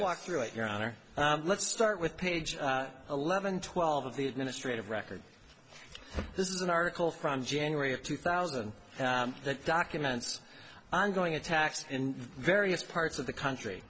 it your honor let's start with page eleven twelve of the administrative record this is an article from january of two thousand that documents ongoing attacks in various parts of the country